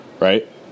Right